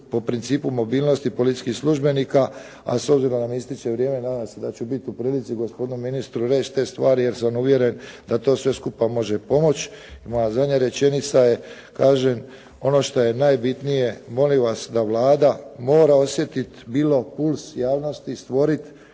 po principu mobilnosti policijskih službenika, a s obzirom da mi ističe vrijeme, nadam se da ću biti u prilici gospodinu ministru reći te stvari, jer sam uvjeren da to sve skupa može i pomoći. I moja zadnja rečenica je, kažem ono šta je najbitnije molim vas da Vlada mora osjetiti bilo puls javnosti, stvoriti